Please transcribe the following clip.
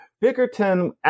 Bickerton